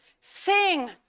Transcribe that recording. sing